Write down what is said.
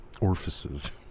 orifices